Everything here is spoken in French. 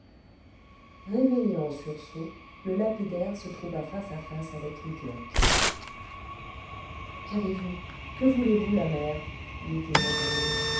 réveillé en sursaut le lapidaire se trouva face à face avec l'idiote qu'avez-vous que voulez-vous la mère lui dit morel